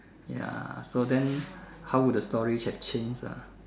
ya so then how would the story have changed ah